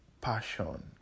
passion